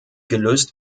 gelöst